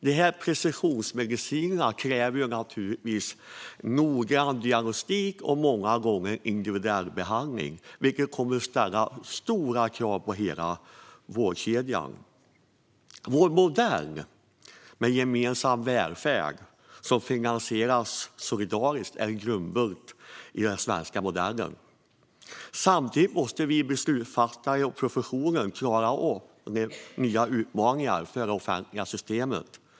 Dessa precisionsmediciner kräver naturligtvis mer noggrann diagnostik och många gånger individuell behandling, vilket kommer att ställa stora krav på hela vårdkedjan. Vår modell med en gemensam och solidariskt finansierad välfärd är en grundbult i den svenska modellen. Samtidigt måste vi beslutsfattare och professionen klara av nya utmaningar för det offentliga systemet.